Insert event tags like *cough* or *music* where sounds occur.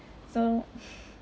so *noise*